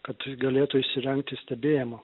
kad galėtų įsirengti stebėjimo